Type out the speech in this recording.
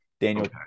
Daniel